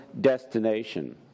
destination